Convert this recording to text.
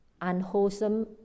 unwholesome